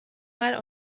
mal